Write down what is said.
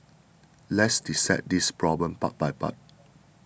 let's dissect this problem part by part